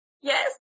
yes